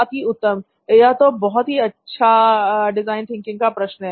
अति उत्तम यह तो बहुत ही अच्छा डिजाइन थिंकिंग का प्रश्न है